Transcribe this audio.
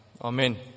Amen